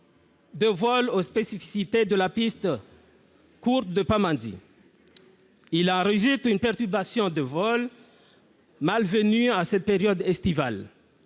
adaptée aux spécificités de la piste courte de Pamandzi. Il en résulte une perturbation des vols, malvenue en cette période estivale.